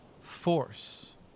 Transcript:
Force